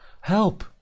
Help